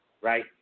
right